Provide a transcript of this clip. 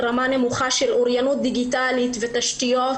רמה נמוכה של אוריינות דיגיטלית ותשתיות